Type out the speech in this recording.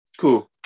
Cool